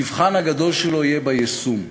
המבחן הגדול שלו יהיה ביישום.